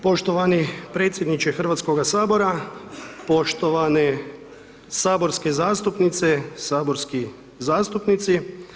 Poštovani predsjedniče Hrvatskog sabora, poštovane saborske zastupnice, saborski zastupnici.